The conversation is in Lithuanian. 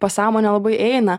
pasąmonę labai eina